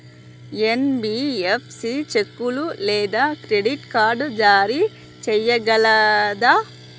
NBFC చెక్కులు లేదా credit card జారీ చేయగలదా?